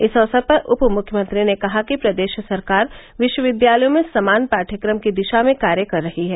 इस अवसर पर उप मुख्यमंत्री ने कहा कि प्रदेश सरकार विश्वविद्यालयों में समान पाठ्यक्रम की दिशा में कार्य कर रही है